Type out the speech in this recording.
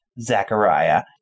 Zachariah